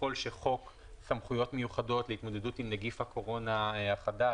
וככל שחוק סמכויות מיוחדות להתמודדות עם נגיף הקורונה החדש,